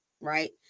right